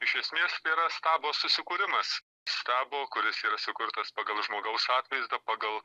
iš esmės tai yra stabo susikūrimas stabo kuris yra sukurtas pagal žmogaus atvaizdą pagal